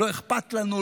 לא אכפת לנו,